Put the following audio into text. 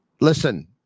listen